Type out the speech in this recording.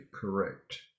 correct